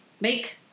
make